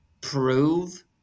prove